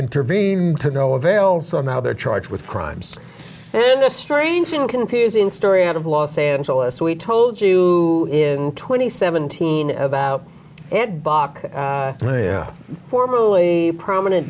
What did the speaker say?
intervene to no avail so now they're charged with crimes and a strange and confusing story out of los angeles we told you in twenty seventeen about and bach formerly a prominent